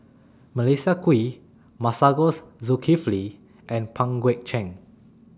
Melissa Kwee Masagos Zulkifli and Pang Guek Cheng